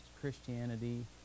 Christianity